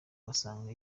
basanga